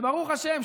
ברוך השם,